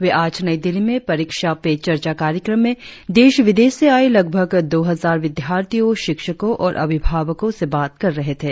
वे आज नई दिल्ली में परीक्षा पे चर्चा कार्यक्रम में देश विदेश से आये लगभग दो हजार विद्यार्थियों शिक्षकों और अभिभावकों से बात कर रहे थे